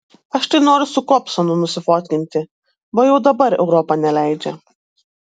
aš tai noriu su kobzonu nusifotkinti bo jau dabar europa neleidžia